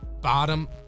bottom